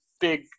big